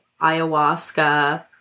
ayahuasca